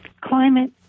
Climate